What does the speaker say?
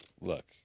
look